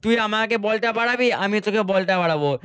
তুই আমাকে বলটা বাড়াবি আমি তোকে বলটা বাড়াবো